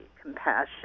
compassion